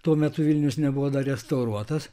tuo metu vilnius nebuvo dar restauruotas